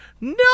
no